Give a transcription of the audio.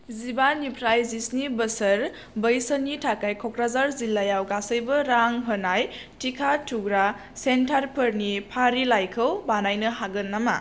जिबानिफ्राइ जिस्नि बोसोर बैसोनि थाखाय क'क्राझार जिल्लायाव गासैबो रां होनाय टिका थुग्रा सेन्टारफोरनि फारिलाइखौ बानायनो हागोन नामा